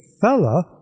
fella